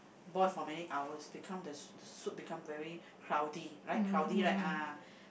boil for many hours become the soup become very cloudy right cloudy right ah